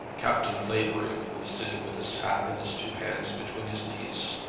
captain clavering, who was sitting with his hat in his two hands between his knees,